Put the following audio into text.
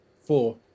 four